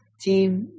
team